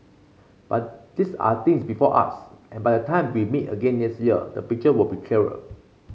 but these are things before us and by the time we meet again next year the picture will be clearer